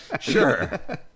Sure